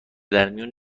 درمیون